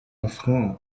refrain